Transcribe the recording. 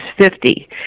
fifty